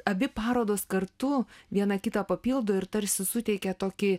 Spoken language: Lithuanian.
abi parodos kartu viena kitą papildo ir tarsi suteikia tokį